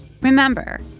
Remember